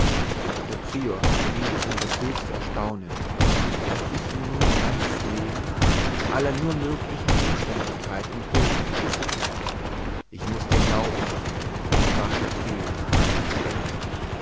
der prior geriet in das höchste erstaunen als ich ihm nun mein ganzes leben mit aller nur möglichen umständlichkeit enthüllte ich muß dir glauben sprach der prior als ich geendet